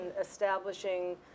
establishing